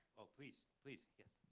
ah please. please. yes.